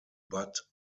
but